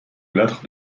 lattre